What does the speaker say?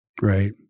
Right